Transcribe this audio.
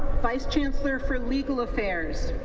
vice chancellor for legal affairs